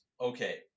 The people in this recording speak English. okay